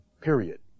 period